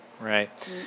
Right